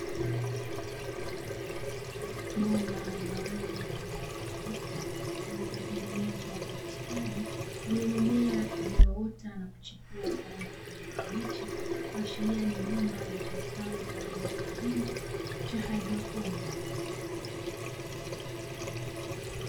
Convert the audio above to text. Bomba maalumu lenye rangi nyeupe lililotengenezwa kwa ustadi, lenye mimea iliyoota na kuchukua kwa rangi ya kijani kibichi, kuachilia ni bomba litumikalo kwa ajili ya kilimo cha hydroponi.